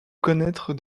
connaître